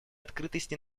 открытости